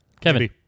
Kevin